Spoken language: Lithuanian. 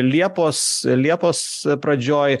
liepos liepos pradžioj